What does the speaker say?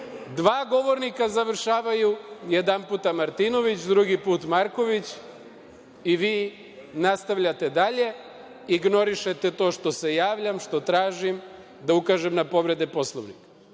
Dva govornika završavaju, jedanput Martinović, drugi put Marković i vi nastavljate dalje, ignorišete to što se javljam, što tražim da ukažem na povrede Poslovnika. Dakle,